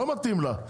לא מתאים לה.